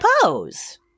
pose